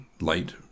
light